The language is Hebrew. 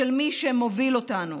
של מי שמוביל אותנו.